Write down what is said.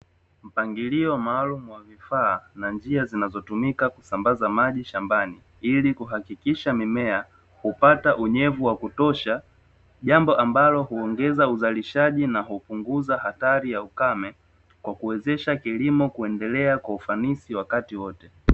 Mpangilio maalumu wa vifaa na njia zinazotumika kusambaza maji shambani ili kuhakikisha mimea kupata unyevu wa kutosha, jambo ambalo huongeza uzalishaji na kupunguza hatari ya ukame kwa kuwezesha kilimo kuendelea kwa ufanisi wakati wote.